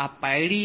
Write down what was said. આ πdh છે